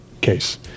case